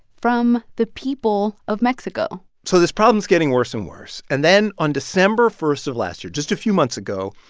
from the people people of mexico so this problem's getting worse and worse. and then, on december first of last year, just a few months ago,